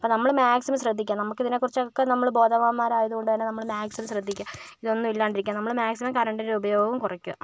അപ്പോൾ നമ്മൾ മാക്സിമം ശ്രദ്ധിക്കുക നമുക്കിതിനെക്കുറിച്ചൊക്കെ നമ്മൾ ബോധവാന്മാരായതുകൊണ്ടുതന്നെ നമ്മൾ മാക്സിമം ശ്രദ്ധിക്കുക ഇതൊന്നും ഇല്ലാണ്ടിരിക്കാൻ നമ്മൾ മാക്സിമം കറണ്ടിൻ്റെ ഉപയോഗം കുറക്കുക